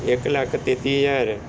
ਇਕ ਲੱਖ ਤੇਤੀ ਹਜ਼ਾਰ